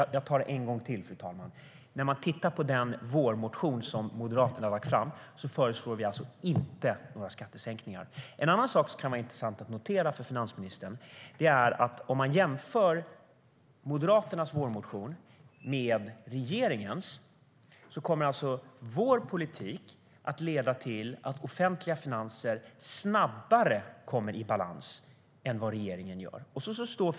Jag tar det en gång till, fru talman. När man tittar på den vårmotion som Moderaterna har lagt fram ser man att vi inte föreslår några skattesänkningar. En annan sak som kan vara intressant att notera för finansministern är att om man jämför Moderaternas vårmotion med regeringens förslag ser man att vår politik kommer att leda till att offentliga finanser snabbare kommer i balans än vad de gör med regeringens politik.